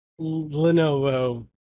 Lenovo